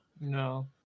No